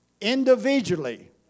individually